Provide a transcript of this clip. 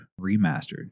Remastered